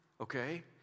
okay